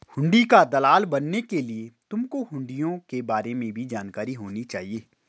हुंडी का दलाल बनने के लिए तुमको हुँड़ियों के बारे में भी जानकारी होनी चाहिए